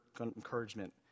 encouragement